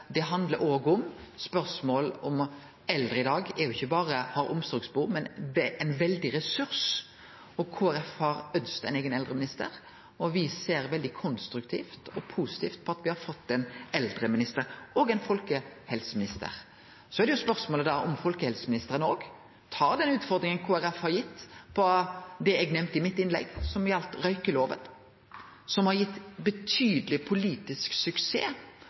det handlar òg om at eldre i dag ikkje berre har omsorgsbehov; dei er òg ein veldig ressurs. Kristeleg Folkeparti har ønskt ein eigen eldreminister, og me ser veldig konstruktivt og positivt på at me har fått ein eldreminister – og ein folkehelseminister. Så er spørsmålet om folkehelseministeren tar utfordringa Kristeleg Folkeparti har gitt på det området eg nemnde i mitt innlegg som gjaldt røykjelova, og som har gitt betydeleg politisk suksess.